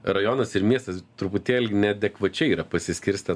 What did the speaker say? rajonas ir miestas truputėlį neadekvačiai yra pasiskirstę